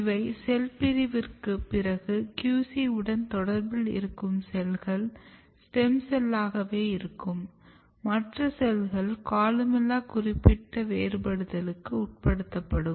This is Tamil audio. இவை செல் பிரிவிற்கு பிறகு QC வுடன் தொடர்பில் இருக்கும் செல்கள் ஸ்டெம் செல்லாகவே இருக்கும் மற்ற செல்கள் கொலுமெல்லா குறிப்பிட்ட வேறுபடுத்தலுக்கு உட்படுத்தப்படும்